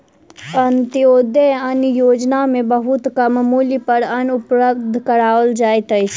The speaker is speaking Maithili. अन्त्योदय अन्न योजना में बहुत कम मूल्य पर अन्न उपलब्ध कराओल जाइत अछि